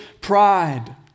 pride